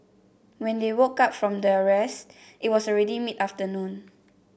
when they woke up from their rest it was already mid afternoon